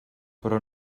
però